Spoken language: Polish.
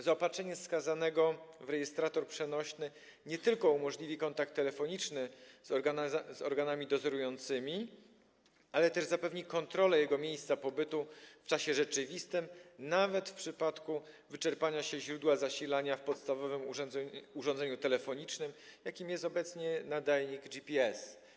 Zaopatrzenie skazanego w rejestrator przenośny nie tylko umożliwi kontakt telefoniczny z organami dozorującymi, ale też zapewni kontrolę jego miejsca pobytu w czasie rzeczywistym nawet w przypadku wyczerpania się źródła zasilania w podstawowym urządzeniu telefonicznym, jakim jest obecnie nadajnik GPS.